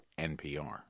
NPR